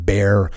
Bear